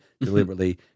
deliberately